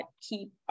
keep